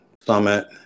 Summit